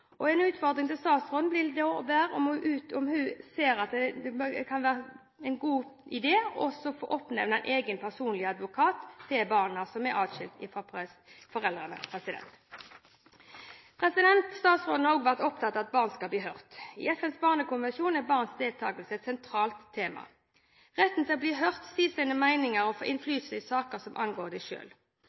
og behov. En utfordring til statsråden vil da være om hun ser at det kan være en god idé også å få oppnevnt en slik egen, personlig advokat til barna. Statsråden har også vært opptatt av at barn skal bli hørt. I FNs barnekonvensjon er barns deltakelse et sentralt tema – retten til å bli hørt, si sine meninger og få innflytelse i saker som angår dem selv. En av de